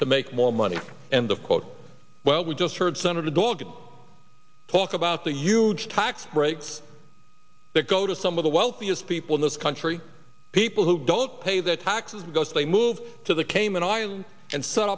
to make more money and the quote well we just heard senator dog talk about the huge tax breaks that go to some of the wealthiest people in this country people who don't pay their taxes because they moved to the cayman islands and set